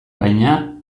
baina